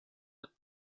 mit